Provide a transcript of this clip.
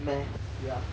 meh ya